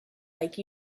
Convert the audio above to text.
like